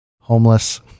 Homeless